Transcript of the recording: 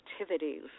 activities